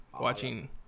watching